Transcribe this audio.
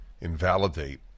invalidate